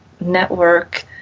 network